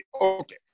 okay